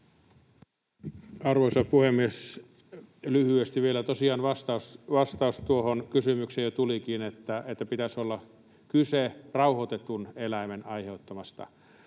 Arvoisa puhemies! Lyhyesti vielä: Tosiaan vastaus tuohon kysymykseen jo tulikin, että pitäisi olla kyse rauhoitetun eläimen aiheuttamasta